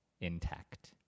intact